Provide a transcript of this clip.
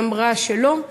והיא אמרה שלא.